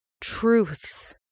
truth